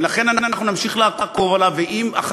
ולכן אנחנו נמשיך לעקוב אחריו.